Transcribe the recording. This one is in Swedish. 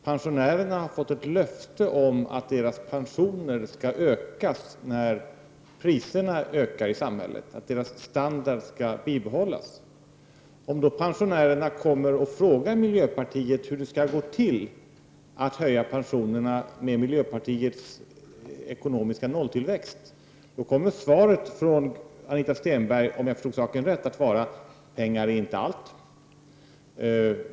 Pensionärerna har fått ett löfte om att deras pensioner skall ökas när priserna ökar i samhället, att deras standard skall bibehållas. Om då pensionärerna kommer och frågar miljöpartiet hur det skall gå till att höja pensionerna med miljöpartiets ekonomiska nolltillväxt, kommer svaret från Anita Stenberg, om jag förstod saken rätt, att vara: Pengar är inte allt.